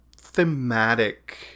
thematic